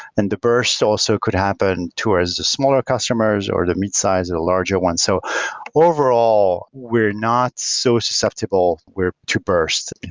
and the burst also could happen towards to smaller customers or the midsize or the larger ones. so overall, we're not so susceptible to burst,